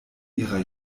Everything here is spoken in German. ihrer